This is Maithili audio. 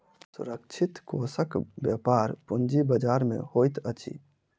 सुरक्षित कोषक व्यापार पूंजी बजार में होइत अछि